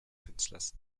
künstlers